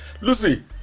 Lucy